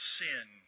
sin